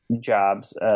jobs